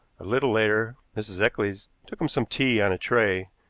a little later mrs. eccles took him some tea on a tray,